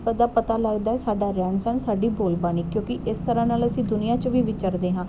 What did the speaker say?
ਦਾ ਪਤਾ ਲੱਗਦਾ ਸਾਡਾ ਰਹਿਣ ਸਹਿਣ ਸਾਡੀ ਬੋਲ ਬਾਣੀ ਕਿਉਂਕਿ ਇਸ ਤਰ੍ਹਾਂ ਨਾਲ ਅਸੀਂ ਦੁਨੀਆ 'ਚ ਵੀ ਵਿਚਰਦੇ ਹਾਂ